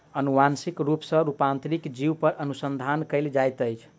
अनुवांशिक रूप सॅ रूपांतरित जीव पर अनुसंधान कयल जाइत अछि